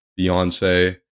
Beyonce